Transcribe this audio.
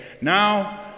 now